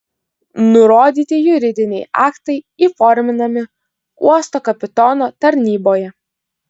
nurodytieji juridiniai aktai įforminami uosto kapitono tarnyboje